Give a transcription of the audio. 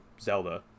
Zelda